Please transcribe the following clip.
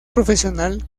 profesional